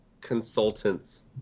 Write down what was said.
consultants